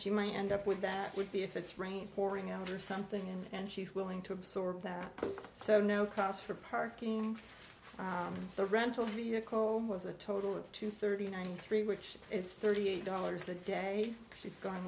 she might end up with that would be if it's rain pouring out or something and she's willing to absorb that so no cost for parking for the rental vehicle was a total of two thirty nine three which is thirty eight dollars a day she's gone